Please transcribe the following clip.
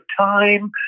time